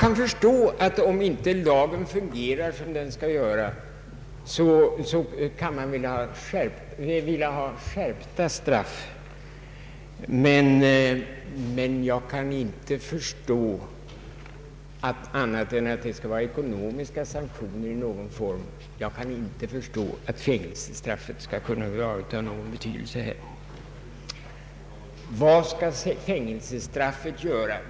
Jag förstår att man, om den nuvarande lagstiftningen inte fungerar, vill ha skärpta straff, men jag kan inte förstå annat än att det i så fall bör tillgripas ekonomiska sanktioner i någon form. Jag kan inte förstå att fängelsestraff skall ha någon betydelse i detta fall. Vad innebär fängelsestraffet?